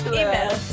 email